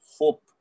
hope